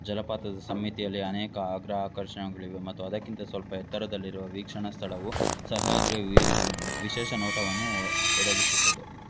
ಜಲಪಾತದ ಸಮ್ಮಿತಿಯಲ್ಲಿ ಅನೇಕ ಅಗ್ರ ಆಕರ್ಷಣೆಗಳಿವೆ ಮತ್ತು ಅದಕ್ಕಿಂತ ಸ್ವಲ್ಪ ಎತ್ತರದಲ್ಲಿರುವ ವೀಕ್ಷಣಾ ಸ್ಥಳವು ಸಹ್ಯಾದ್ರಿಯ ವಿಶೇಷ ನೋಟವನ್ನು ಒದಗಿಸುತ್ತದೆ